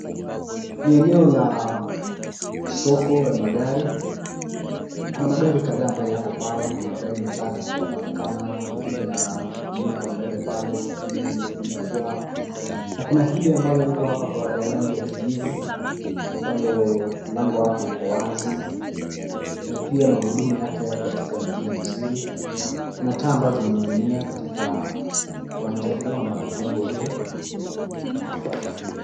Ni eneo la soko ya magari. Kuna magari kadhaa ambaye yako pale. Kuna magari matatu yanaonekana, kuna nyingine ya buluu kwa mbele pale , kuna nyingine imefunikwa, na kuna hili ambalo liko hapa ya rangi ya kijivu, ambalo mlango wake uko wazi . Na pia magurudumu yake yako katika njia nzuri. Kuna taa ambazo zimening'inia katika uwanja huu ama jengo hilo.